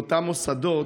באותם מוסדות,